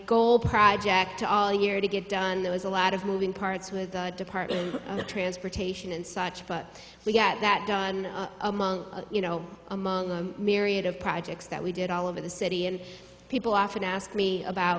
goal project all year to get done there was a lot of moving parts with department of transportation and such but we got that done among you know among a myriad of projects that we did all over the city and people often ask me about